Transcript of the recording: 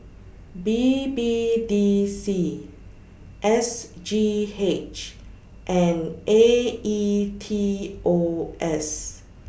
B B D C S G H and A E T O S